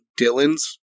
Dylan's